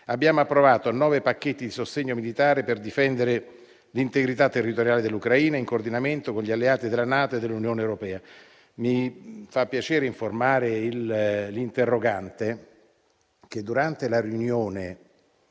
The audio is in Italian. Abbiamo approvato nove pacchetti di sostegno militare per difendere l'integrità territoriale dell'Ucraina, in coordinamento con gli alleati della NATO e dell'Unione europea. Mi fa piacere informare il senatore interrogante che, durante la riunione